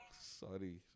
Sorry